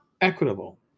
equitable